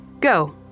Go